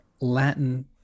Latin